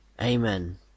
Amen